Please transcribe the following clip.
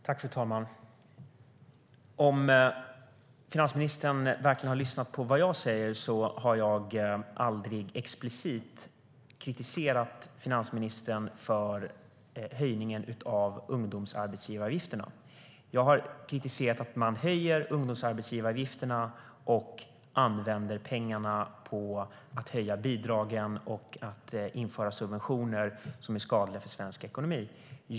Fru talman! Om finansministern verkligen har lyssnat på vad jag har sagt vet hon att jag aldrig explicit kritiserat finansministern för höjningen av ungdomsarbetsgivaravgifterna. Jag har kritiserat att man höjer ungdomsarbetsgivaravgifterna och använder pengarna till att höja bidragen och införa subventioner som är skadliga för svensk ekonomi.